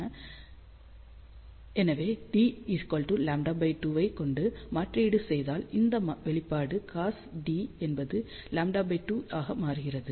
எனவே dλ2 ஐ கொண்டு மாற்றீடு செய்தால் இந்த வெளிப்பாடு cos d என்பது λ2 ஆக மாறுகிறது